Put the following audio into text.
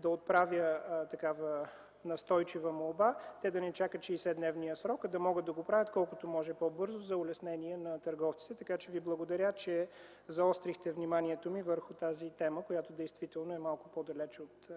да отправя такава настойчива молба да не чакат 60-дневния срок, а да го правят колкото може по-бързо за улеснение на търговците. Благодаря Ви, че заострихте вниманието ми върху тази тема, която действително е малко по-далеч от